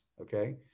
okay